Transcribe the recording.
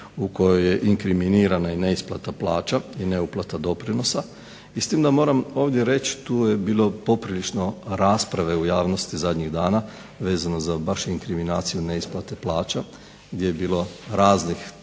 u kojoj je inkriminirana i neisplata plaća i neuplata doprinosa i s tim da moram ovdje reći, tu je bilo poprilično rasprave u javnosti zadnjih dana vezano za baš inkriminaciju neisplate plaća gdje je bilo razni